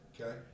okay